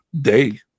day